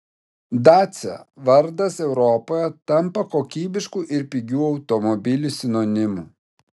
dacia vardas europoje tampa kokybiškų ir pigių automobilių sinonimu